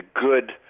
good